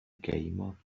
gamer